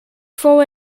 fully